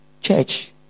church